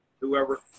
whoever